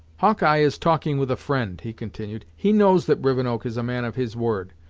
hawkeye is talking with a friend, he continued. he knows that rivenoak is a man of his word,